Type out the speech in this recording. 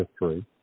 history